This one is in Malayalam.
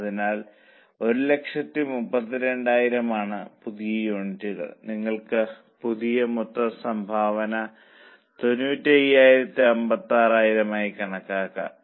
അതിനാൽ 132000 ആണ് പുതിയ യൂണിറ്റുകൾ നിങ്ങൾക്ക് പുതിയ മൊത്തം സംഭാവന 9556 ആയി കണക്കാക്കാം